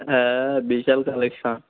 হ্যাঁ বিশাল কালেকশন